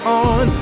on